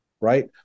right